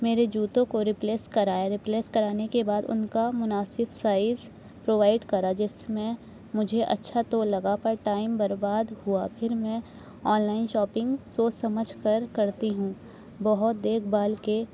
میرے جوتوں کو ریپلیس کرائے ریپلیس کرانے کے بعد ان کا مناسب سائز پرووائڈ کرا جس میں مجھے اچھا تو لگا پر ٹائم برباد ہوا پھر میں آن لائن شاپنگ سوچ سمجھ کر کرتی ہوں بہت دیکھ بھال کے